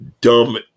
dumb